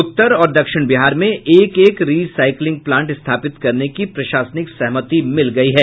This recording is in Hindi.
उत्तर और दक्षिण बिहार में एक एक रीसाईक्लिंग प्लांट स्थापित करने की प्रशासनिक सहमति मिल गयी है